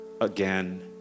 again